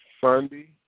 Sunday